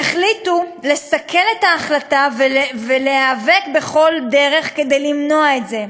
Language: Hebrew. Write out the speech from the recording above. הם החליטו לסכל את ההחלטה ולהיאבק בכל דרך כדי למנוע את זה,